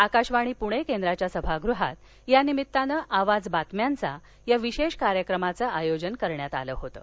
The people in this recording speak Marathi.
आकाशवाणी पुणे केंद्राच्या सभागृहात या निमित्तानं आवाज बातम्यांचा या विशेष कार्यक्रमाचं आयोजन करण्यात आलं होतं